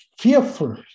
fearful